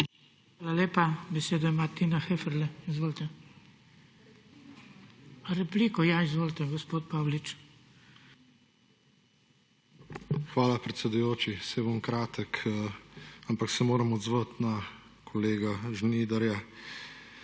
Hvala, predsedujoči. Saj bom kratek, ampak se moram odzvat na kolega Žnidarja.